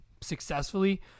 successfully